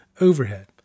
overhead